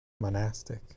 monastic